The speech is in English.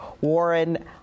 Warren